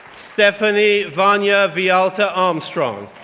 stephanie vania villalta armstrong,